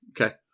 Okay